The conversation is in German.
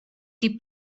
die